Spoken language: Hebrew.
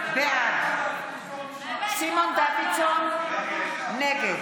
בעד סימון דוידסון, נגד